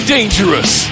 Dangerous